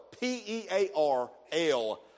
P-E-A-R-L